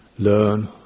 learn